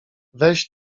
weź